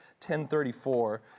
10.34